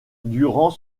durant